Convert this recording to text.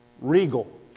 Regal